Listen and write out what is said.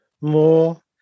more